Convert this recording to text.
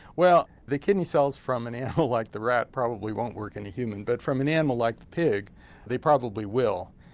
well the kidney cells from an animal like the rat probably won't work in a human but from an animal like the pig they probably will.